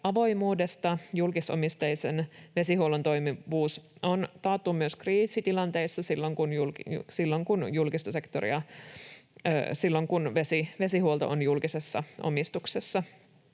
avoimuudesta. Vesihuollon toimivuus on taattu myös kriisitilanteissa, silloin kun vesihuolto on julkisessa omistuksessa.